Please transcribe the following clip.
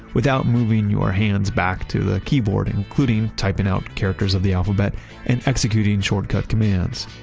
without moving your hands back to the keyboard, including typing out characters of the alphabet and executing shortcut commands.